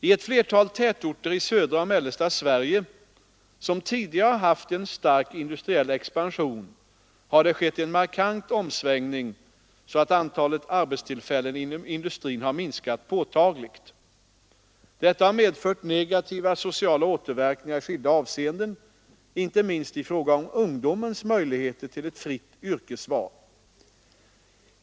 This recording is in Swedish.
I ett flertal tätorter i södra och mellersta Sverige som tidigare haft en stark industriell expansion har det skett en markant omsvängning så att antalet arbetstillfällen inom industrin har minskat påtagligt. Detta har medfört negativa sociala återverkningar i skilda avseenden, inte minst i fråga om ungdomens möjligheter till ett fritt yrkesval.